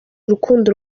urukundo